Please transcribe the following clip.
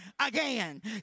again